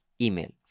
email